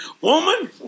Woman